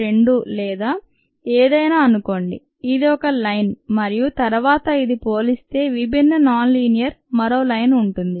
2 లేదా ఏదైనా అనుకోండి ఇది ఒక లైన్ మరియు తరువాత ఇది పోలిస్తే విభిన్న నాన్ లినియర్ మరో లైను ఉంటుంది